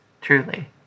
truly